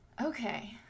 Okay